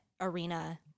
arena